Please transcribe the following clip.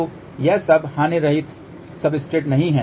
तो यह सब हानिरहित सब्सट्रेट नहीं है